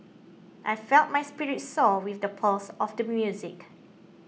I felt my spirits soar with the pulse of the music